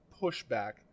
pushback